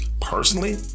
Personally